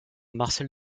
marcel